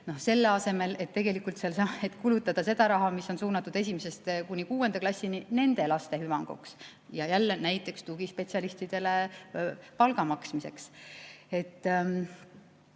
selle asemel et kulutada seda raha, mis on suunatud esimesest kuni kuuenda klassini, nende laste hüvanguks ja jälle näiteks tugispetsialistidele palga maksmiseks. Kui